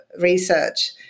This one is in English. research